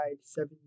seven